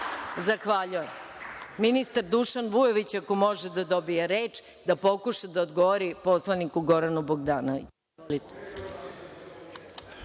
aplaudira.)Ministar Dušan Vujović ako može da dobije reč, da pokuša da odgovori poslaniku Goranu Bogdanoviću.